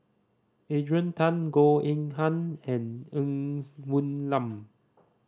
Adrian Tan Goh Eng Han and Ng Woon Lam